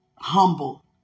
Humble